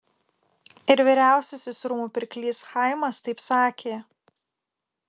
ir vyriausiasis rūmų pirklys chaimas taip sakė